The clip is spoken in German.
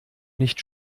nicht